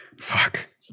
Fuck